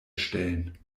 stellen